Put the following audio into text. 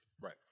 Right